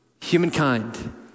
humankind